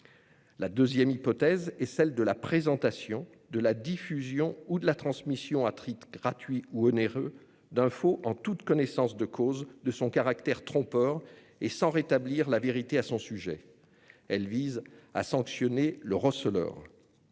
La deuxième hypothèse est celle de la présentation, de la diffusion ou de la transmission, à titre gratuit ou onéreux, d'un faux en toute connaissance de son caractère trompeur et sans rétablir la vérité à son sujet. Elle vise à sanctionner le receleur.